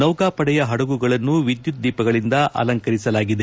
ನೌಕಾಪಡೆಯ ಪಡಗುಗಳನ್ನು ವಿದ್ಯುತ್ ದೀಪಗಳಿಂದ ಅಲಂಕರಿಸಲಾಗಿದೆ